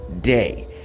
day